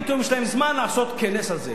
פתאום יש להם זמן לעשות כנס כזה.